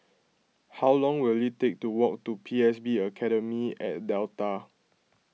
how long will it take to walk to P S B Academy at Delta